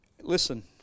Listen